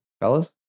fellas